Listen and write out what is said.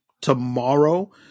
Tomorrow